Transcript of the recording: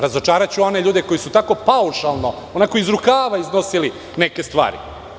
Razočaraću one ljude koji su tako paušalno, onako iz rukava iznosili neke stvari.